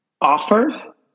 offer